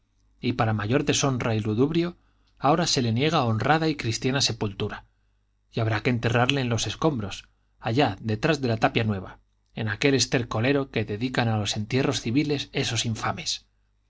y para mayor deshonra y ludibrio ahora se le niega honrada y cristiana sepultura y habrá que enterrarle en los escombros allá detrás de la tapia nueva en aquel estercolero que dedican a los entierros civiles esos infames